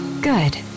Good